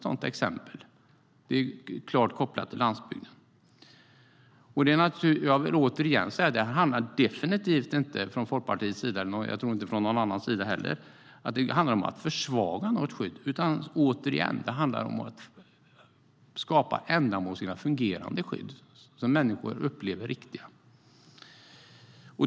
Det är klart kopplat till landsbygden.Från Folkpartiets eller från någon annans sida handlar det definitivt inte om att försvaga något skydd, utan det handlar om skapa ändamålsenliga, fungerande skydd som människor upplever riktiga.